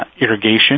irrigation